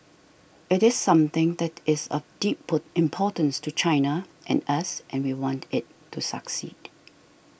it is something that is of deep importance to China and us and we want it to succeed